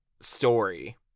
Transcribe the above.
story